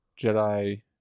Jedi